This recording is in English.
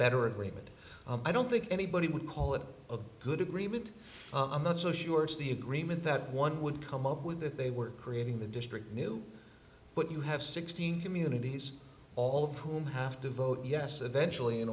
agreement i don't think anybody would call it a good agreement i'm not so sure it's the agreement that one would come up with if they were creating the district new but you have sixteen communities all of whom have to vote yes eventually in